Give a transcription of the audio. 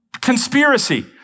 conspiracy